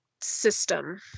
system